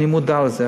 אני מודע לזה.